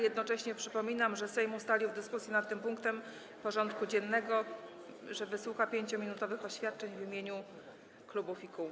Jednocześnie przypominam, że Sejm ustalił, że w dyskusji nad tym punktem porządku dziennego wysłucha 5-minutowych oświadczeń w imieniu klubów i kół.